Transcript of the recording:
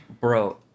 Bro